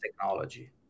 technology